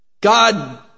God